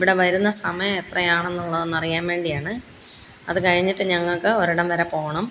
ഇവിടെ വരുന്ന സമയം എത്രയാണെന്നുള്ളതെന്നറിയാന് വേണ്ടിയാണ് അത് കഴിഞ്ഞിട്ട് ഞങ്ങള്ക്ക് ഒരിടം വരെ പോകണം